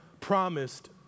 promised